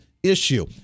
Issue